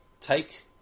take